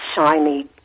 shiny